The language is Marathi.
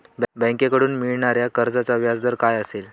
बँकेकडून मिळणाऱ्या कर्जाचा व्याजदर काय असेल?